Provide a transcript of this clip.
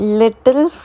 little